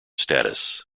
status